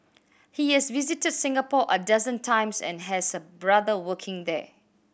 he has visited Singapore a dozen times and has a brother working there